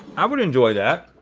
i would enjoy that.